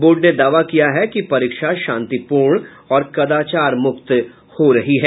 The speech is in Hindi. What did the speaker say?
बोर्ड ने दावा किया है कि परीक्षा शांतिपूर्ण और कदाचार मुक्त हो रही है